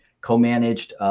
co-managed